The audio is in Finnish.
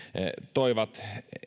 toivat